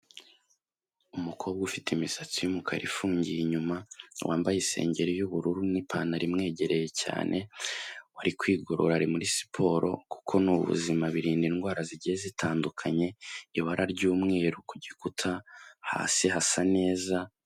Umukobwa ufite imisatsi y'umukara ifungiye inyuma, wambaye isengeri y'ubururu n'ipantaro imwegereye cyane, we ari kwigorora ari muri siporo, kuko ni ubuzima birinda indwara zigiye zitandukanye, ibara ry'umweru ku gikuta, hasi hasa neza.